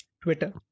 Twitter